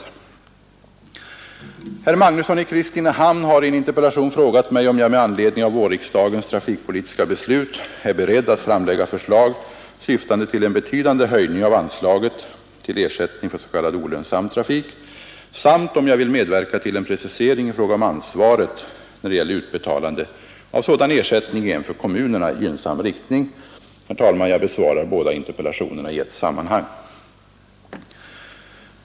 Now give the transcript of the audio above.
Ang. järnvägs Herr Magnusson i Kristinehamn har i en interpellation frågat mig, om nedläggelserna, jag med anledning av vårriksdagens trafikpolitiska beslut är beredd att 2. m. framlägga förslag syftande till en betydande höjning av anslaget till ersättning för s.k. olönsam trafik samt om jag vill medverka till en precisering i fråga om ansvaret när det gäller utbetalande av sådan ersättning i en för kommunerna gynnsam riktning. Herr talman! Jag besvarar båda interpellationerna i ett sammanhang.